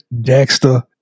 Dexter